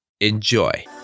Enjoy